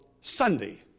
Sunday